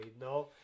no